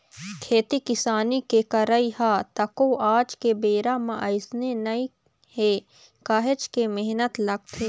खेती किसानी के करई ह तको आज के बेरा म अइसने नइ हे काहेच के मेहनत लगथे